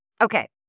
Okay